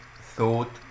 thought